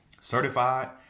certified